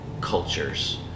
cultures